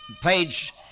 Page